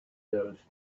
those